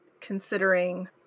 considering